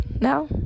now